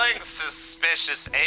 suspicious